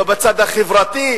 לא בצד החברתי,